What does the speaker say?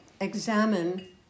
examine